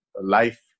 life